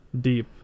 deep